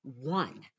one